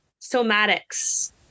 somatics